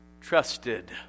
trusted